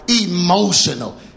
emotional